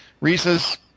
Reese's